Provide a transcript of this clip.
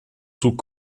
tout